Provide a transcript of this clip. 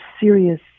serious